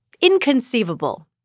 inconceivable